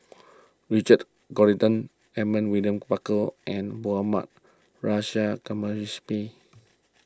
Richard Corridon Edmund William Barker and Mohammad Nurrasyid